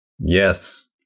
Yes